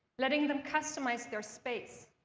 letting them customize their space,